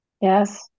yes